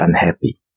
unhappy